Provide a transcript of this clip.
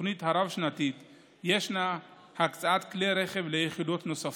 בתוכנית הרב-שנתית יש הקצאת כלי רכב ליחידות נוספות.